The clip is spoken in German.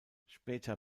später